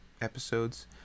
episodes